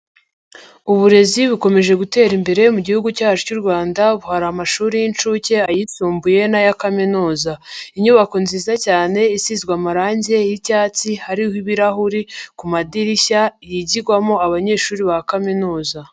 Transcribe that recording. Uburezi bukomeje gutera imbere mu gihugu cyacu cy'u Rwanda, ubu hari amashuri y'inshuke, ayisumbuye n'aya kaminuza. Inyubako nziza cyane isizwe amarangi y'icyatsi hariho ibirahuri ku madirishya, yigirwamo abanyeshuri ba kaminuza.